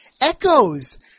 echoes